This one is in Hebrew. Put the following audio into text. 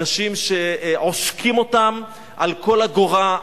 אנשים שעושקים אותם על כל אגורה,